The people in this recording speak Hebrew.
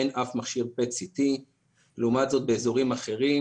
אין אף מכשיר PET CT. לעומת זאת באזורים אחרים,